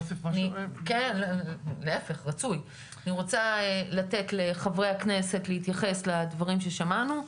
אני רוצה לתת לחברי הכנסת להתייחס לדברים ששמענו,